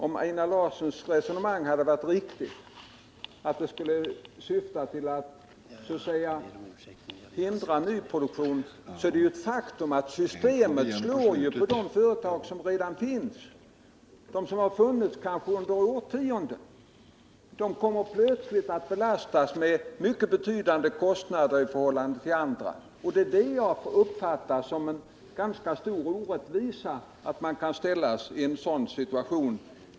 Om Einar Larssons resonemang, att det hela syftar till att hindra nyproduktion, hade varit riktigt, så är det ändå ett faktum att systemet slår på de företag som redan finns och som kanske funnits under årtionden. De kommer plötsligt att belastas med mycket betydande kostnader i förhållande till andra. Jag uppfattar det som en ganska stor orättvisa att de kan ställas i en sådan situation.